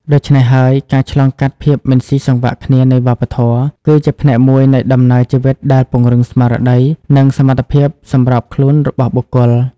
ដូច្នេះហើយ ការឆ្លងកាត់ភាពមិនស៊ីសង្វាក់គ្នានៃវប្បធម៌ គឺជាផ្នែកមួយនៃដំណើរជីវិតដែលពង្រឹងស្មារតី និងសមត្ថភាពសម្របខ្លួនរបស់បុគ្គល។